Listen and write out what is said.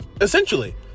essentially